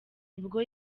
nibwo